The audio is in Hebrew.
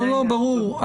ברור.